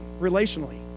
relationally